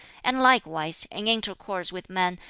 and likewise, in intercourse with men,